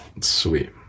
sweet